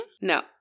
no